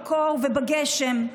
בקור ובגשם.